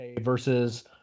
versus